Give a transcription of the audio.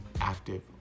active